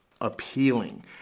appealing